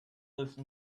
listen